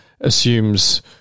assumes